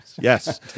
yes